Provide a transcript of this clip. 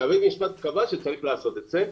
בית המשפט קבע שצריך לעשות את זה,